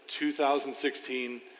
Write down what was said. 2016